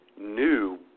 new